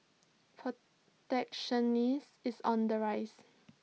protectionism is on the rise